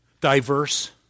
Diverse